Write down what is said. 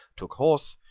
took horse,